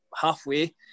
Halfway